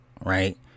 Right